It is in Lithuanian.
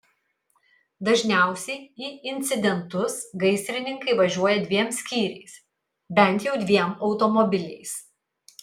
dažniausiai į incidentus gaisrininkai važiuoja dviem skyriais bent jau dviem automobiliais